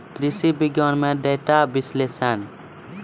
कृषि विज्ञान में डेटा विश्लेषण